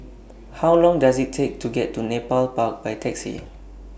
How Long Does IT Take to get to Nepal Park By Taxi